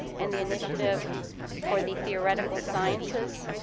and the initiative for the theoretical sciences,